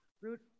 root